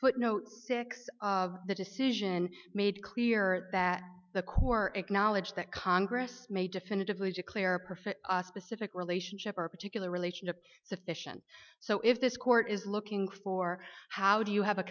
footnote six the decision made clear that the core acknowledge that congress may definitively declare a profit a specific relationship or a particular relationship is sufficient so if this court is looking for how do you have a